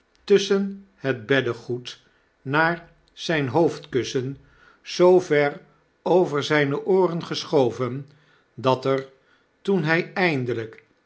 tusschen het beddegoed naar zijn hoofdkussen zoo ver over zyne ooren geschoven dat er toen hij eindelijk